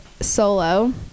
solo